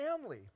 family